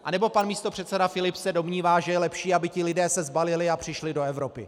Anebo se pan místopředseda Filip domnívá, že je lepší, aby se ti lidé sbalili a přišli do Evropy?